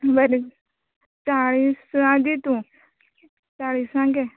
बरें चाळीसा दी तूं चाळीसा घे